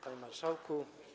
Panie Marszałku!